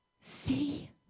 See